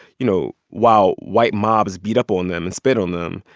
you know, while white mobs beat up on them and spit on them,